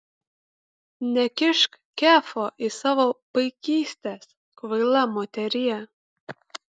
nekišk kefo į savo paikystes kvaila moterie